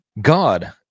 God